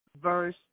verse